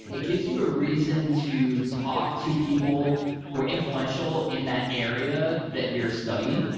it gives you a reason to talk to people who are influential in that area that you're studying.